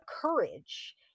courage